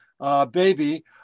baby